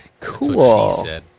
Cool